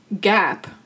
gap